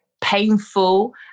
Painful